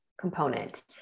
component